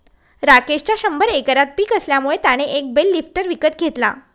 राकेशच्या शंभर एकरात पिक आल्यामुळे त्याने एक बेल लिफ्टर विकत घेतला